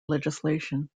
legislation